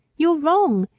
you're wrong!